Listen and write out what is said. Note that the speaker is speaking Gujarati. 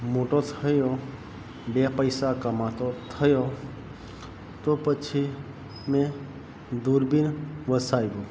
મોટો થયો બે પૈસા કમાતો થયો તો પછી મેં દૂરબીન વસાવ્યું